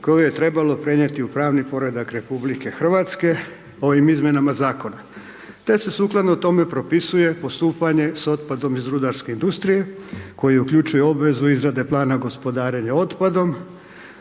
koju je trebalo prenijeti u pravni poredak RH ovim izmjenama Zakona. Te se sukladno tome propisuje postupanje s otpadom iz rudarske industrije koji uključuje obvezu izrade Plana gospodarenja otpadom